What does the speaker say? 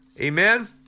Amen